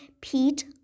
Pete